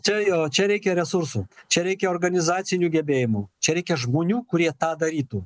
čia jo čia reikia resursų čia reikia organizacinių gebėjimų čia reikia žmonių kurie tą darytų